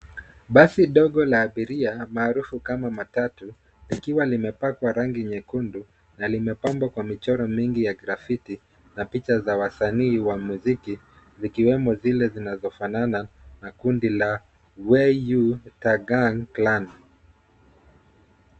Basi ndogo la abiria maarufu kama matatu, likiwa limepakwa rangi nyekundu na limepambwa kwa michoro mingi ya graffiti na picha za wasanii wa muziki, zikiwemo zile zinazofanana na kundi la Wu-Tang Clan.